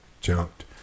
jumped